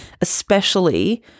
especially-